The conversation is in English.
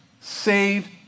saved